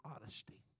honesty